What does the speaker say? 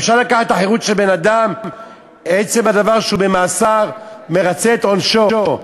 אפשר לקחת את החירות של בן-אדם בעצם הדבר שהוא במאסר ומרצה את עונשו.